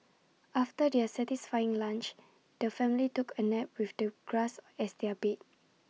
after their satisfying lunch the family took A nap with the grass as their bed